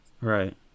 Right